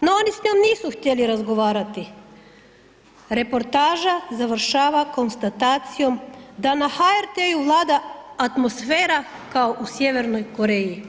no oni s njom nisu htjeli razgovarati, reportaža završava konstatacijom da na HRT-u vlada atmosfera kao u Sjevernoj Koreji.